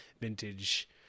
vintage